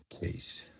case